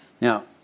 now